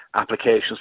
applications